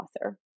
author